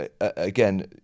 Again